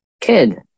kid